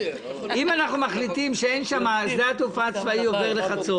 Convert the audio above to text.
אם אנחנו מחליטים ששדה התעופה הצבאי עובר לחצור,